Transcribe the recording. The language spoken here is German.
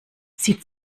sieht